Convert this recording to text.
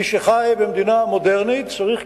מי שחי במדינה מודרנית צריך,